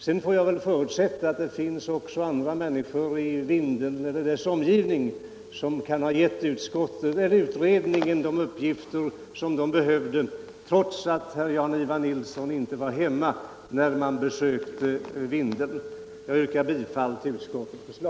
Sedan får jag förutsätta att det — trots att herr Jan-Ivan Nilsson inte var hemma när utredningen besökte Vindeln — fanns människor i Vindeln eller dess omgivning som kunde ge utredningen de uppgifter den behövde. Jag yrkar bifall till utskottets hemställan.